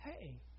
hey